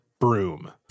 Broom